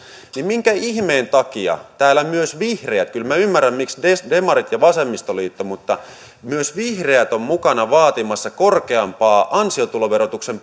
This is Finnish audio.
niin minkä ihmeen takia täällä myös vihreät kyllä minä ymmärrän miksi demarit ja vasemmistoliitto miksi myös vihreät ovat mukana vaatimassa korkeampaa ansiotuloverotuksen